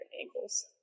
angles